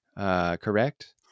Correct